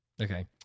okay